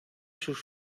sus